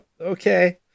Okay